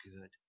good